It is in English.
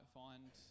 find